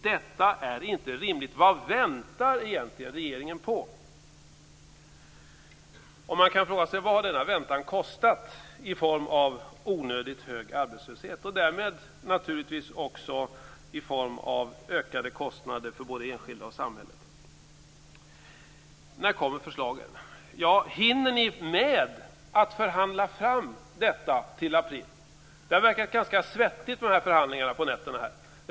Detta är inte rimligt. Vad väntar egentligen regeringen på? Man kan fråga sig vad denna väntan har kostat i form av onödigt hög arbetslöshet och därmed naturligtvis också i form av ökade kostnader för både enskilda och samhället. När kommer förslagen? Hinner ni förhandla fram dem till april? Det har verkat ganska svettigt med förhandlingar på nätterna.